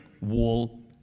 Wall